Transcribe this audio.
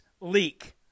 leak